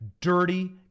dirty